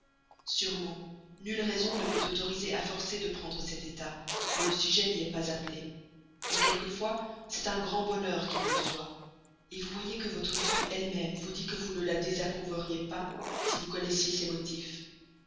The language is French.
sûrement nulle raison ne peut autoriser à forcer de prendre cet état quand le sujet n'y est pas appelé mais quelquefois c'est un grand bonheur qu'il le soit vous voyez que votre fille elle-même vous dit que vous ne la désapprouveriez pas si vous connaissiez ses motifs